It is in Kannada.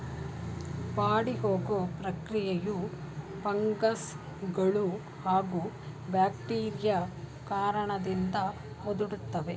ಬಾಡಿಹೋಗೊ ಪ್ರಕ್ರಿಯೆಯು ಫಂಗಸ್ಗಳೂ ಹಾಗೂ ಬ್ಯಾಕ್ಟೀರಿಯಾ ಕಾರಣದಿಂದ ಮುದುಡ್ತವೆ